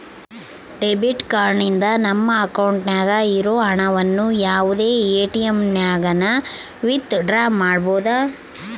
debit card ನಿಂದ ನಮ್ಮ ಅಕೌಂಟ್ನಾಗ ಇರೋ ಹಣವನ್ನು ಯಾವುದೇ ಎಟಿಎಮ್ನಾಗನ ವಿತ್ ಡ್ರಾ ಮಾಡ್ಬೋದು